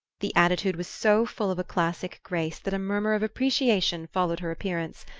the attitude was so full of a classic grace that a murmur of appreciation followed her appearance,